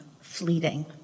fleeting